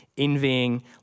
envying